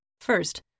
First